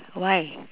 why